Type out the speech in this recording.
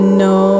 no